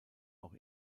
auch